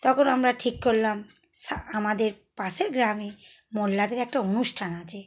তখন আমরা ঠিক করলাম সা আমাদের পাশের গ্রামে মোল্লাদের একটা অনুষ্ঠান আছে